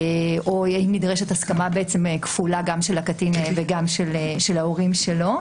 או שנדרשת הסכמה כפולה גם של הקטין וגם של ההורים שלו.